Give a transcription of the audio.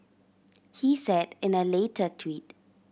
he said in a later tweet